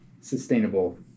sustainable